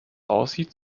aussieht